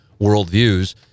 worldviews